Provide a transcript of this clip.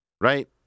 right